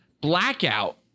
blackout